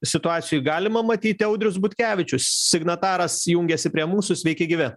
situacijoj galima matyti audrius butkevičius signataras jungiasi prie mūsų sveiki gyvi